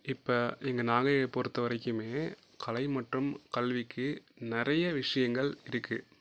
இப்போ எங்கள் நாகையை பொறுத்தவரைக்குமே கலை மற்றும் கல்விக்கு நிறைய விஷயங்கள் இருக்குது